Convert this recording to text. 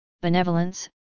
benevolence